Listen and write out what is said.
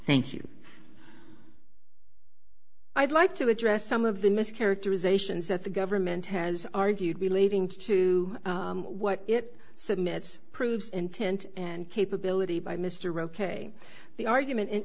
thank you i'd like to address some of the mischaracterizations that the government has argued relating to what it said minutes proves intent and capability by mr ok the argument in